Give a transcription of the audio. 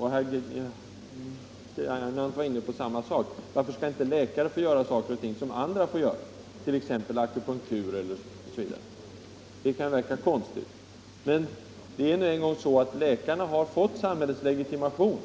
Herr Gernandt var inne på samma sak: Varför får inte läkare göra sådant som andra får göra, arbeta med akupunktur osv.? Det kan verka konstigt, men det är nu en gång så att läkarna har fått samhällets legitimation.